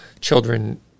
children